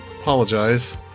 apologize